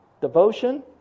devotion